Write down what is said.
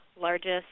largest